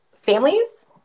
families